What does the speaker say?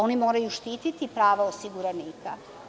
Oni moraju štititi prava osiguranika.